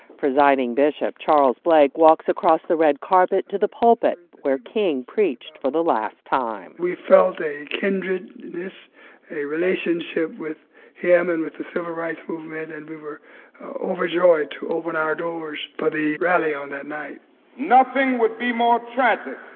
presiding bishop charles blake walks across the red carpet to the pulpit where king preached for the last time we felt a kindredness, a relationship with him and with the civil rights movement. and we were overjoyed to open our doors for the rally on that night nothing would be more tragic